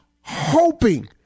hoping